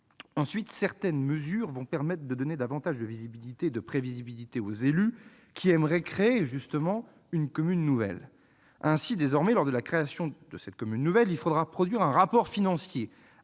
Ensuite, certaines mesures vont permettre de donner davantage de visibilité et de prévisibilité aux élus qui aimeraient créer une commune nouvelle. Ainsi, désormais, lors de la création d'une commune nouvelle, il faudra produire un rapport financier,